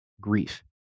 grief